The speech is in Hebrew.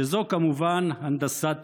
שזאת, כמובן, הנדסת תודעה.